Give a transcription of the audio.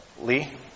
Lee